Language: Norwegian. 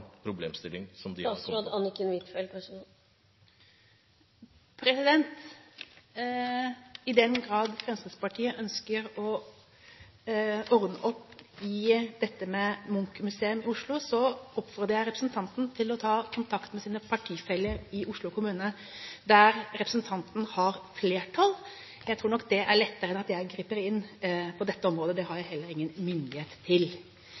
som de har der? I den grad Fremskrittspartiet ønsker å ordne opp i dette med Munch-museum i Oslo, oppfordrer jeg representanten til å ta kontakt med sine partifeller i Oslo kommune, der representantens parti har flertall. Jeg tror nok det er lettere enn at jeg griper inn på dette området, det har jeg heller ingen myndighet til.